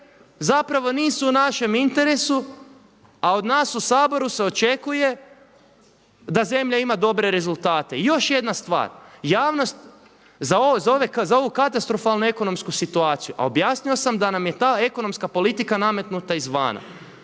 zapravo nisu u našem interesu a od nas u Saboru se očekuje da zemlja ima dobre rezultate. I još jedna stvar, javnost za ovu katastrofalnu ekonomsku situaciju, a objasnio sam da nam je ta ekonomska politika nametnuta izvana,